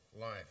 life